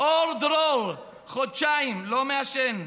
אור דרור, חודשיים לא מעשן,